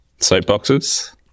Soapboxes